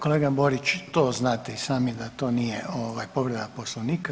Kolega Borić, to znate i sami da to nije povreda Poslovnika.